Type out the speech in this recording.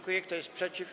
Kto jest przeciw?